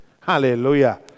Hallelujah